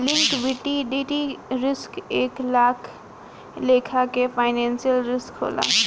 liquidity risk एक लेखा के फाइनेंशियल रिस्क होला